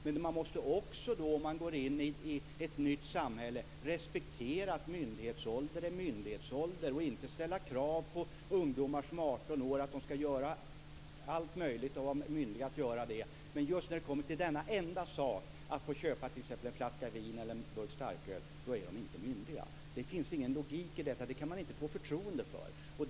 Men om man går in i ett nytt samhälle måste man också respektera att myndighetsålder är myndighetsålder och inte ställa krav på ungdomar som är 18 år att de ska göra allt möjligt och är myndiga att göra det men att de just när det gäller denna enda sak, att få köpa t.ex. en flaska vin eller en burk starköl, inte är myndiga. Det finns ingen logik i detta. Detta kan man inte få förtroende för.